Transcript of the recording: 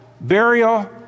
burial